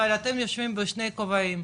אבל אתם יושבים בשני כובעים,